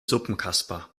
suppenkasper